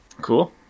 Cool